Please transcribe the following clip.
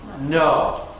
No